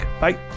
Bye